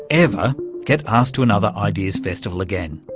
ever get asked to another ideas festival again.